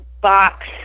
box